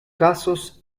casos